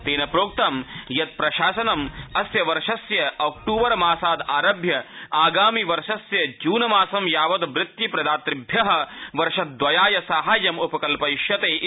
तेन प्रोक्तं यत् प्रशासनं अस्य वर्षस्य अक्टूबर मासादारभ्य आगामि वर्षस्य जून मार्स यावत् वृत्तिप्रदातृभ्यः वर्षद्वयाय साहाय्य उपकल्पयिष्यते इति